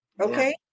okay